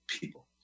people